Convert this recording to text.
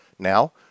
Now